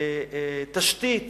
תשתית